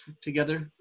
together